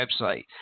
website